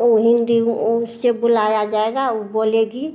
ओ हिन्दी उससे बुलाया जाएगा औ बोलेगी